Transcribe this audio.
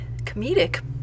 comedic